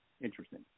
Interesting